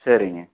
சரிங்க